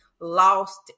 Lost